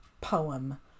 poem